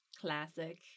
Classic